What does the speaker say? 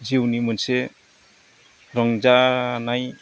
जिउनि मोनसे रंजानाय